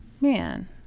Man